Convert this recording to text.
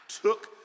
took